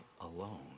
alone